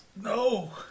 No